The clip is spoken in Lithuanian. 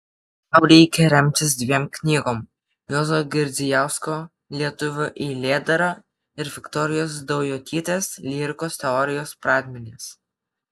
tau reikia remtis dviem knygom juozo girdzijausko lietuvių eilėdara ir viktorijos daujotytės lyrikos teorijos pradmenys